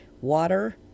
water